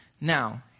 Now